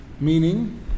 Meaning